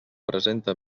presenta